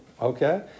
okay